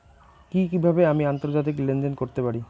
কি কিভাবে আমি আন্তর্জাতিক লেনদেন করতে পারি?